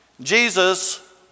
Jesus